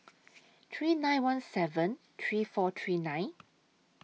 three nine one seven three four three nine